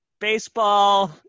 Baseball